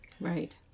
right